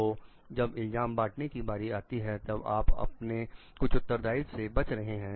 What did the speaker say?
तो जब इल्जाम बांटने की बारी आती है तब आप अपने कुछ उत्तरदायित्व से बच रहे हैं